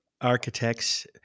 Architects